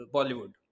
Bollywood